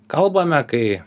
kalbame kai